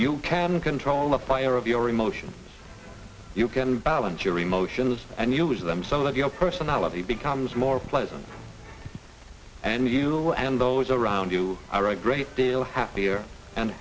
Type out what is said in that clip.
you can control the fire of your emotions you can balance your emotions and use them some of your personality becomes more pleasant and you and those around you are right great deal happier and